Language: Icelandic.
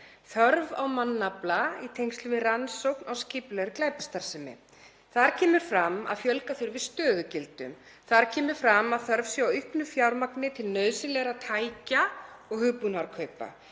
þörf á mannafla í tengslum við rannsókn á skipulagðri glæpastarfsemi. Þar kemur fram að fjölga þurfi stöðugildum. Þar kemur fram að þörf sé á auknu fjármagni til nauðsynlegra tækja og hugbúnaðarkaupa.